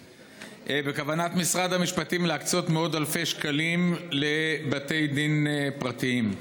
בכוונת משרד המשפטים להקצות מאות אלפי שקלים לבתי דין פרטיים.